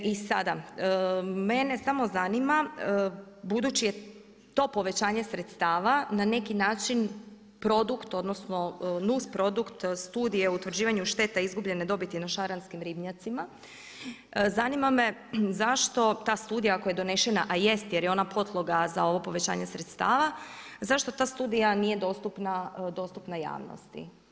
I sada, mene samo zanima budući je to povećanje sredstava na neki način produkt, odnosno nusprodukt studije o utvrđivanju štete izgubljene dobiti na šaranskim ribnjacima, zanimam me zašto ta studija ako je donesena a jest jer je ona podloga za ovo povećanje sredstava zašto ta studija nije dostupna javnosti?